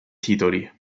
titoli